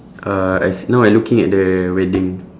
uh I s~ now I looking at the wedding